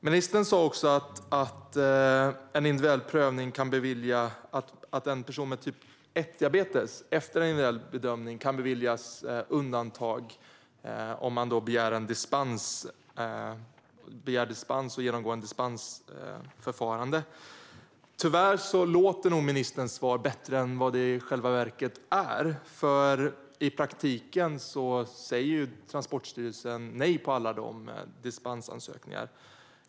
Ministern sa också att en person med typ 1-diabetes efter individuell bedömning kan beviljas undantag om man begär dispens och genomgår ett dispensförfarande. Tyvärr låter nog ministerns svar bättre än vad det i själva verket är. I praktiken säger Transportstyrelsen nämligen nej på alla de dispensansökningarna.